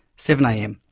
seven am.